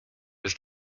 was